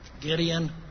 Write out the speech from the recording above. Gideon